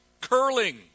curling